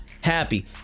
happy